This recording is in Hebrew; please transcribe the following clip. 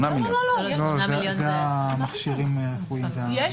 8 מיליון זה המכשירים --- יש